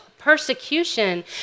persecution